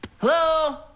Hello